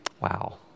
Wow